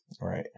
Right